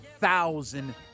Thousand